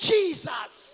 Jesus